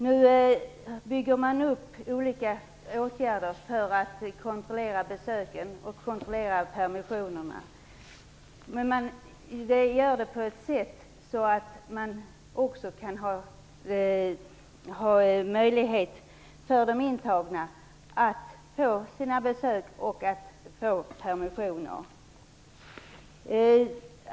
Nu bygger man upp olika åtgärder för att kontrollera besöken och kontrollera permissionerna, men man gör det på ett sådant sätt att de intagna har möjlighet att få sina besök och att få permissioner.